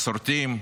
מסורתיים,